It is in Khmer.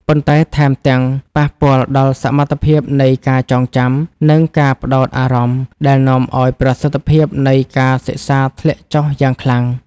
ប៉ុន្តែថែមទាំងប៉ះពាល់ដល់សមត្ថភាពនៃការចងចាំ និងការផ្ដោតអារម្មណ៍ ដែលនាំឱ្យប្រសិទ្ធភាពនៃការសិក្សាធ្លាក់ចុះយ៉ាងខ្លាំង។